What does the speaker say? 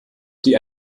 die